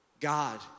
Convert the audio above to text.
God